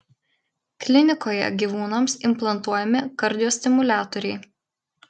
klinikoje gyvūnams implantuojami kardiostimuliatoriai